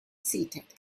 seated